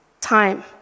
time